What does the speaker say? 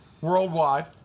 worldwide